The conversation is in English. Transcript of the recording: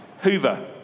hoover